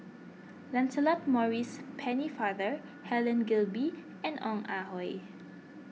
Lancelot Maurice Pennefather Helen Gilbey and Ong Ah Hoi